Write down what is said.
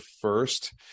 first